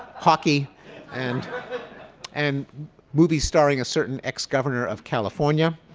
hockey and and movie starring a certain ex-governor of california.